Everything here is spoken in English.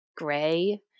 gray